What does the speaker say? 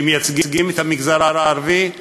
שמייצגים את המגזר הערבי,